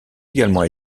également